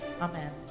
Amen